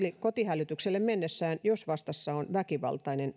kotihälytykselle mennessään jos vastassa on väkivaltainen